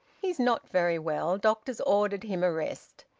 he's not very well. doctor's ordered him a rest.